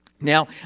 Now